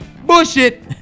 Bullshit